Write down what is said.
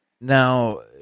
Now